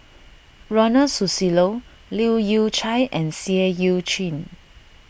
Ronald Susilo Leu Yew Chye and Seah Eu Chin